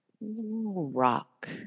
Rock